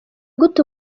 gute